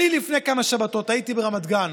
לפני כמה שבתות הייתי ברמת גן,